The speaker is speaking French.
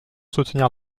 soutenir